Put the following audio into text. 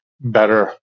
better